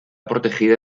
protegida